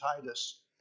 Titus